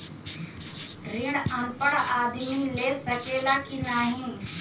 ऋण अनपढ़ आदमी ले सके ला की नाहीं?